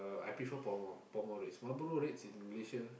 I prefer Pall Mall Pall Mall Reds Marlboro Reds in Malaysia